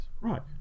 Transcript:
Right